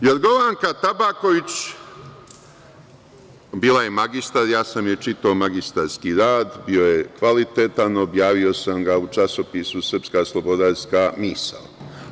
Jorgovanka Tabaković bila je magistar, ja sam joj čitao magistarski rad, bio je kvalitetan, objavio sam ga u časopisu „Srpska slobodarska misao“